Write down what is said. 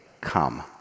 come